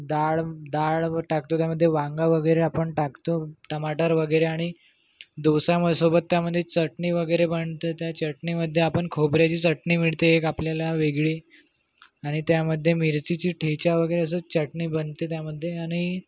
डाळ डाळ टाकतो त्यामध्ये वांगं वगैरे आपण टाकतो टमाटर वगैरे आणि डोसासोबत त्यामध्ये चटणी वगैरे पण त्या चटणीमध्ये आपण खोबऱ्याची चटणी मिळते एक आपल्याला वेगळी आणि त्यामध्ये मिरचीची ठेचा वगैरे असं चटणी बनते त्यामध्ये आणि